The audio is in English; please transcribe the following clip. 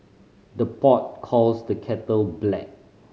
the pot calls the kettle black